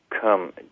come